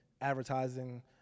advertising